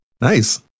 Nice